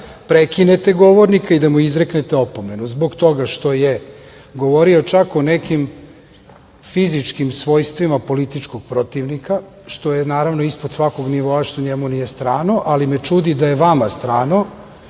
da prekinete govornika i da mu izreknete opomenu, zbog toga što je govorio čak o nekim fizičkim svojstvima političkog protivnika, što je ispod svakog nivoa a što njemu nije strano, ali me čudi da je vama strano,